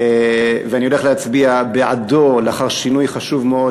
ואני הולך להצביע בעדו לאחר שינוי חשוב מאוד,